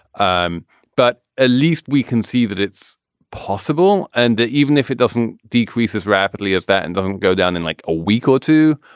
um but at ah least we can see that it's possible and that even if it doesn't decrease as rapidly as that and doesn't go down in like a week or two.